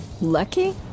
Lucky